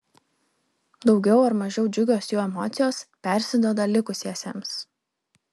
daugiau ar mažiau džiugios jų emocijos persiduoda likusiesiems